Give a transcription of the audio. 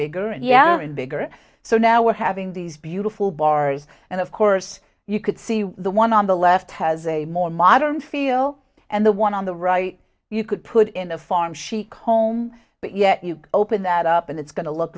younger and bigger so now we're having these beautiful bars and of course you could see the one on the left has a more modern feel and the one on the right you could put in a farm she comb but yet you open that up and it's going to look